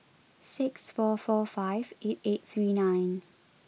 six four four five eight eight three nine